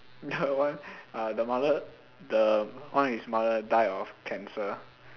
the one uh the mother the one his mother died of cancer